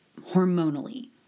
hormonally